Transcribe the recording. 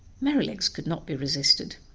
merrylegs could not be resisted,